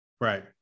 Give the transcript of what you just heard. Right